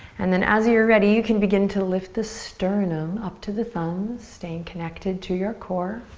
and then as you're ready you can begin to lift the sternum up to the thumbs. staying connected to your core.